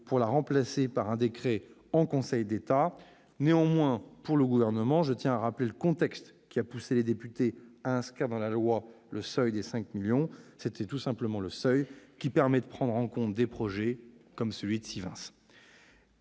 pour la remplacer par un décret en Conseil d'État. Néanmoins, je tiens à rappeler le contexte qui a poussé les députés à inscrire dans la loi un seuil de 5 millions d'euros. C'est tout simplement le seuil permettant de prendre en compte des projets comme celui de Sivens,